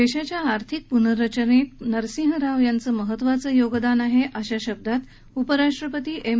देशाच्या आर्थिक प्नर्रचनेत नरसिंह राव यांचं महत्वाचं योगदान आहे अशा शब्दात उपराष्ट्रपती एम्